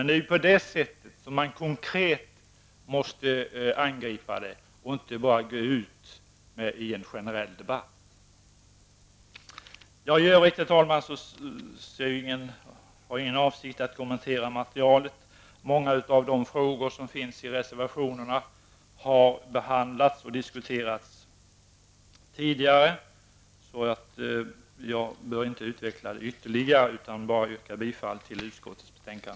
Det är med konkreta åtgärder som man måste angripa problemen, och inte bara gå ut i en generell debatt. Herr talman! Jag har ingen avsikt att kommentera materialet. Många av de frågor som finns i reservationerna har behandlats och diskuterats tidigare. Jag bör inte utveckla saken ytterligare, utan vill bara yrka bifall till utskottets hemställan.